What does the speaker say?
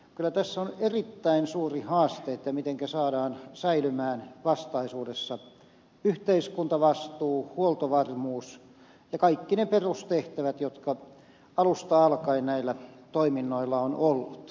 kyllä tässä on erittäin suuri haaste mitenkä saadaan säilymään vastaisuudessa yhteiskuntavastuu huoltovarmuus ja kaikki ne perustehtävät jotka alusta alkaen näillä toiminnoilla on ollut